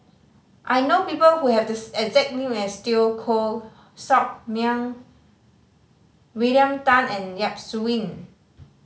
I know people who have these exact name as Teo Koh Sock Miang William Tan and Yap Su Yin